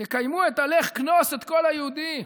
תקיימו את ה"לך כנוס את כל היהודים".